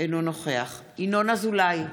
אינו נוכח ינון אזולאי,